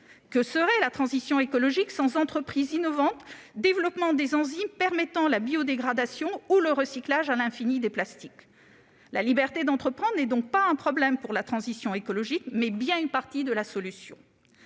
Que serait la transition écologique sans entreprises innovantes développant des enzymes permettant la biodégradation ou le recyclage à l'infini des plastiques ? La liberté d'entreprendre n'est pas un problème pour la transition écologique ; c'est au contraire une partie de la solution.